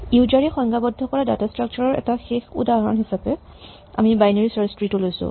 user ৰে সংজ্ঞাবদ্ধ কৰা ডাটা স্ট্ৰাক্সাৰ ৰ এটা শেষ উদাহৰণ হিচাপে আমি বাইনেৰী চাৰ্চ কী লৈছো